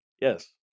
Yes